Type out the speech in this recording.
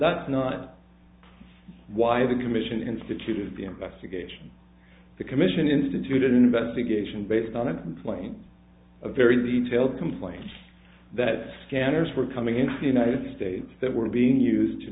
that's not why the commission instituted the investigation the commission instituted investigation based on a complaint a very detailed complaint that scanners were coming into united states that were being used to